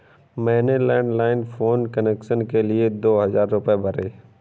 मैंने landline phone connection के लिए दो हजार रुपए भरे